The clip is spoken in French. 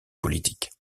politique